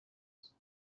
use